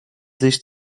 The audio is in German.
sich